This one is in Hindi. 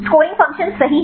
स्कोरिंग फ़ंक्शन सही है